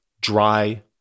dry